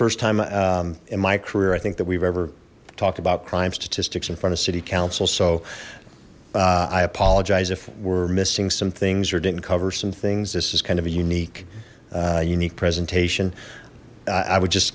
first time in my career i think that we've ever talked about crime statistics in front of city council so i apologize if we're missing some things or didn't cover some things this is kind of a unique unique presentation i would just